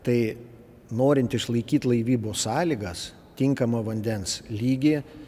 tai norint išlaikyt laivybos sąlygas tinkamą vandens lygį